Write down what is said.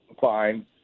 fine